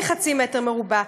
והם גדולים בהרבה מחצי מטר רבוע.